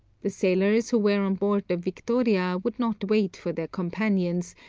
the sailors who were on board the victoria would not wait for their companions,